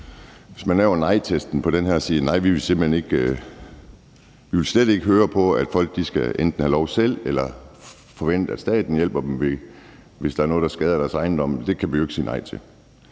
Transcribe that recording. Man kan lave nejtesten her i forhold til at sige: Nej, vi vil slet ikke høre på, at folk skal have lov til at gøre det selv, eller at de forventer, at staten hjælper dem, hvis der er noget, der skader deres ejendom. Det kan vi jo ikke sige nej til.